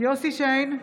יוסף שיין,